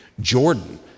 Jordan